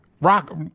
rock